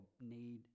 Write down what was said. need